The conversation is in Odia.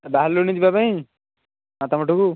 ବାହାରିଲୁଣି ଯିବା ପାଇଁ ମାତାମଠକୁ